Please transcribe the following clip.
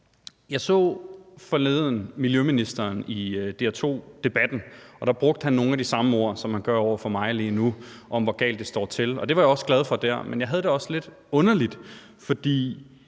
Jeg så forleden miljøministeren i Debatten på DR 2, og der brugte han nogle af de samme ord, som han gør over for mig lige nu, om, hvor galt det står til, og det var jeg også glad for at han gjorde, men jeg havde det også lidt underligt. For